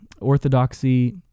orthodoxy